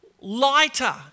lighter